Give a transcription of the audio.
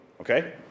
Okay